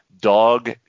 dog